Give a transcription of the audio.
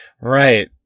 Right